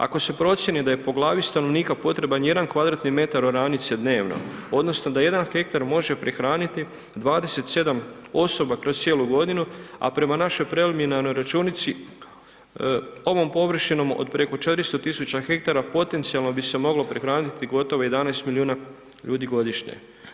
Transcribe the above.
Ako se procjeni da je po glavi stanovnika potreban jedan kvadratni metar oranice dnevno, odnosno da jedan hektar može prehraniti 27 osoba kroz cijelu godinu, a prema našoj preliminarnoj računici, ovom površinom od preko 400 tisuća hektara potencijalno bi se moglo prehraniti gotovo 11 milijuna ljudi godišnje.